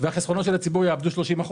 והחסכונות של הציבור יאבדו 30%